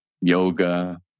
yoga